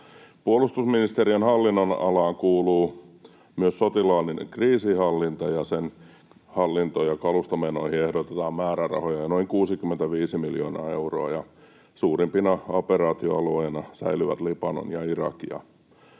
Puolustusministeriön hallinnonalaan kuuluu myös sotilaallinen kriisinhallinta. Sen hallintoon ja kaluston menoihin ehdotetaan määrärahoja noin 65 miljoonaa euroa. Suurimpina operaatioalueina säilyvät Libanon ja Irak.